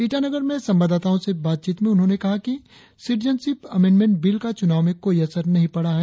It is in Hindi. ईटानगर संवाददाताओं के साथ बातचीत में उन्होंने कहा कि सीटिजनशिप एमेंडमेंट बिल का चुनाव में कोई असर नहीं पड़ा है